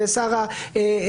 זה שר הביטחון,